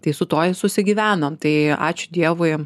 tai su tuo susigyvenom tai ačiū dievui